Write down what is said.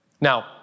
Now